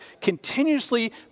continuously